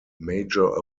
major